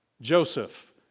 Joseph